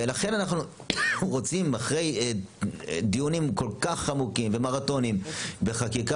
ולכן אנחנו רוצים אחרי דיונים כל כך עמוקים ומרתוניים וחקיקה